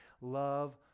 Love